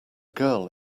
girl